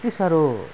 यति साह्रो